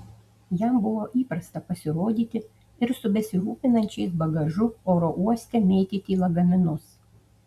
jam buvo įprasta pasirodyti ir su besirūpinančiais bagažu oro uoste mėtyti lagaminus